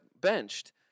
benched